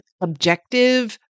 objective